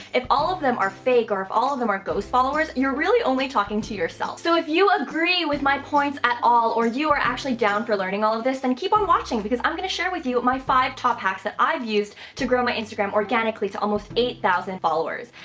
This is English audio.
if all of them are fake or if all of them are ghost followers, you're really only talking to yourself. so if you agree with my points at all or you are actually down for learning all of this, then keep on watching because i'm going to share with you my five top hacks that i've used to grow my instagram organically to almost eight thousand followers.